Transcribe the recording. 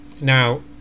Now